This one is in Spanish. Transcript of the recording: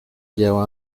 lleva